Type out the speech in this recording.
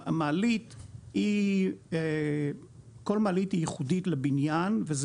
מעלית היא כל אחת ייחודית לבניין וזה